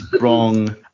wrong